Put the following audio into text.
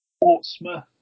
Portsmouth